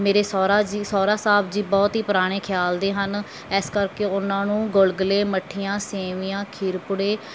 ਮੇਰੇ ਸੋਹਰਾ ਜੀ ਸੋਹਰਾ ਸਾਹਿਬ ਜੀ ਬਹੁਤ ਹੀ ਪੁਰਾਣੇ ਖਿਆਲ ਦੇ ਹਨ ਇਸ ਕਰਕੇ ਉਨ੍ਹਾਂ ਨੂੰ ਗੁਲਗੁਲੇ ਮੱਠੀਆਂ ਸੇਮੀਆਂ ਖੀਰ ਪੂੜੇ